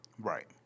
Right